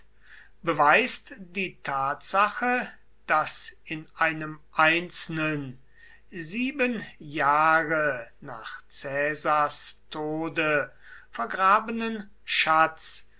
beweist die tatsache daß in einem einzelnen sieben jahre nach caesars tode vergrabenen schatz